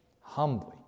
humbly